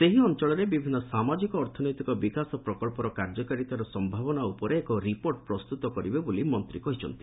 ସେହି ଅଞ୍ଚଳରେ ବିଭିନ୍ନ ସାମାଜିକ ଅର୍ଥନୈତିକ ବିକାଶ ପ୍ରକଳ୍ପର କାର୍ଯ୍ୟକାରୀତାର ସମ୍ଭାବନା ଉପରେ ଏକ ରିପୋର୍ଟ ପ୍ରସ୍ତୁତ କରିବେ ବୋଲି ମନ୍ତ୍ରୀ କହିଛନ୍ତି